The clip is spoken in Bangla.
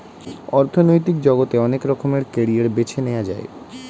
অর্থনৈতিক জগতে অনেক রকমের ক্যারিয়ার বেছে নেয়া যায়